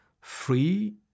free